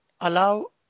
allow